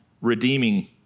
redeeming